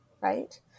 right